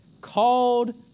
called